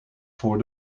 voor